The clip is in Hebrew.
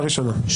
או